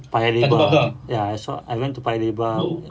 paya lebar ya I saw I went to paya lebar